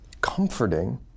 comforting